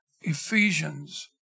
Ephesians